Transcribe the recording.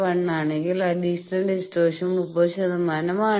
1 ആണെങ്കിൽ additional distortion 30 ശതമാനമാണ്